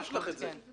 יש לך את זה.